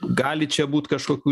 gali čia būt kažkokių